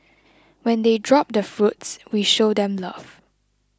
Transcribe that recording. when they drop the fruits we show them love